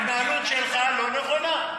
ההתנהלות שלך לא נכונה.